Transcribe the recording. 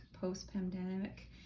post-pandemic